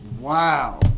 Wow